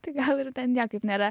tai gal ir ten niekaip nėra